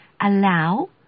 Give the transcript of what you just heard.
allow